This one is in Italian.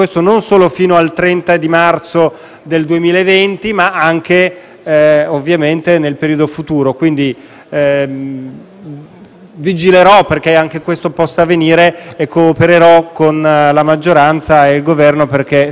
2020, ma anche nel periodo futuro. Quindi, vigilerò perché anche questo possa avvenire e coopererò con la maggioranza e il Governo affinché si possa trovare la soluzione migliore.